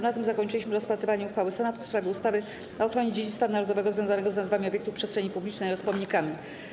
Na tym zakończyliśmy rozpatrywanie uchwały Senatu w sprawie ustawy o ochronie dziedzictwa narodowego związanego z nazwami obiektów przestrzeni publicznej oraz pomnikami.